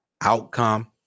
outcome